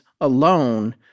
alone